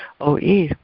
OE